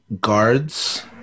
guards